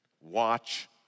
Watch